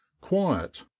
Quiet